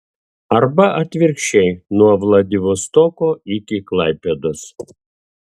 arba atvirkščiai nuo vladivostoko iki klaipėdos